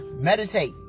meditate